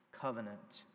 covenant